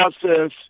process